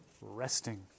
resting